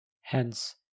Hence